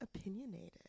opinionated